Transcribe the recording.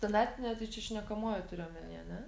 standartinė tai čia šnekamoji turi omeny a ne